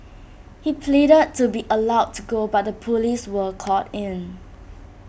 he pleaded to be allowed to go but the Police were called in